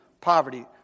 poverty